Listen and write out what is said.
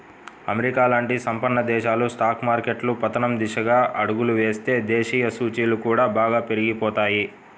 America లాంటి సంపన్న దేశాల స్టాక్ మార్కెట్లు పతనం దిశగా అడుగులు వేస్తే దేశీయ సూచీలు కూడా బాగా పడిపోతాయి